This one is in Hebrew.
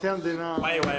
בוקר טוב,